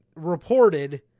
reported